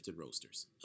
Roasters